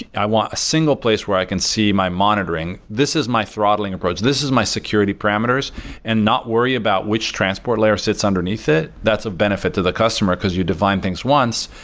i want a single place where i can see my monitoring, this is my throttling approach, this is my security parameters and not worry about which transport layer sits underneath it, that's a benefit to the customer, because you define things once.